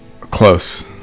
Close